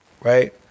right